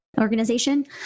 organization